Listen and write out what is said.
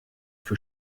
für